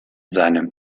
seinem